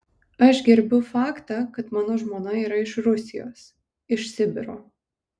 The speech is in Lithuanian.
aš gerbiu faktą kad mano žmona yra iš rusijos iš sibiro